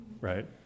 right